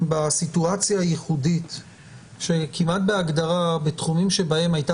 בסיטואציה הייחודית שכמעט בהגדרה בתחומים שבהם הייתה